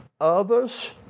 Others